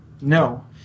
No